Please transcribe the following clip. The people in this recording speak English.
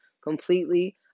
completely